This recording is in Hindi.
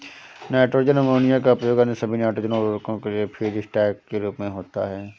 नाइट्रोजन अमोनिया का उपयोग अन्य सभी नाइट्रोजन उवर्रको के लिए फीडस्टॉक के रूप में होता है